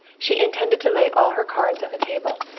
she intended to lay all her cards on the table.